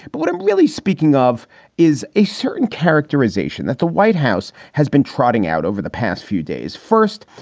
but what i'm really speaking of is a certain characterization that the white house has been trotting out over the past few days. first.